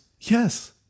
Yes